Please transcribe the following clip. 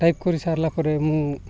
type କରିସାରିଲା ପରେ ମୁଁ